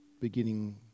beginning